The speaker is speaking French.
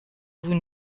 vous